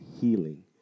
healing